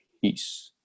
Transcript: Peace